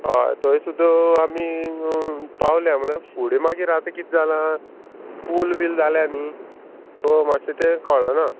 हय थंय सुद्दां आमी पावल्या म्हळ्यार फुडें मागीर आतां किदें जालां पूल बील जाल्या न्ही सो मातशें तें कळना